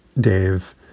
Dave